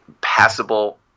passable